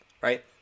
right